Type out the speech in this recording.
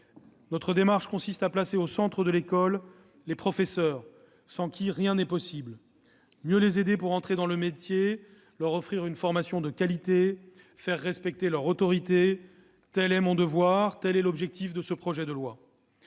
Notre démarche consiste à placer au centre de l'école les professeurs, sans lesquels rien n'est possible. Mieux les aider pour entrer dans le métier, leur offrir une formation de qualité, faire respecter leur autorité, tel est mon devoir et tel est mon objectif avec ce projet de loi.